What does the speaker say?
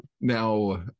Now